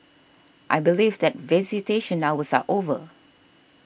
I believe that visitation hours are over